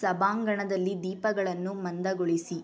ಸಭಾಂಗಣದಲ್ಲಿ ದೀಪಗಳನ್ನು ಮಂದಗೊಳಿಸಿ